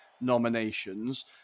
nominations